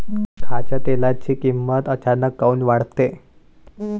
खाच्या तेलाची किमत अचानक काऊन वाढते?